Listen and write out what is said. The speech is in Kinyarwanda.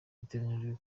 bitegekanijwe